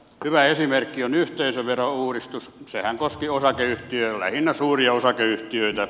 hyvä esimerkki on yhteisöverouudistus sehän koski osakeyhtiöitä lähinnä suuria osakeyhtiöitä